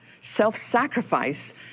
Self-sacrifice